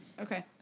Okay